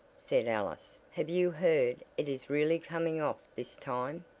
said alice. have you heard it is really coming off this time?